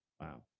Wow